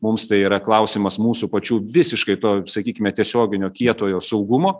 mums tai yra klausimas mūsų pačių visiškai to sakykime tiesioginio kietojo saugumo